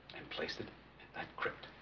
and placed it that crypt